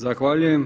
Zahvaljujem.